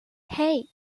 hey